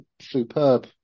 superb